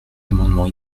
amendements